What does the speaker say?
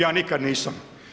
Ja nikad nisam.